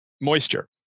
moisture